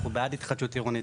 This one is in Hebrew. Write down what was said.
אנחנו בעד התחדשות עירונית,